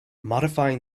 modifying